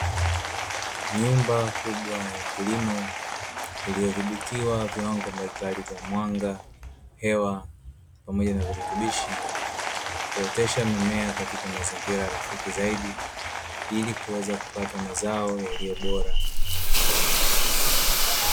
Nyumba kubwa ya kilimo iliyodhibitiwa mbalimbali vya mwanga, hewa pamoja na vitutubishi. Huotesha mimea katika mazingira rafiki zaidi, ili kuweza kupata mazao yaliyo bora zaidi.